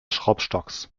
schraubstocks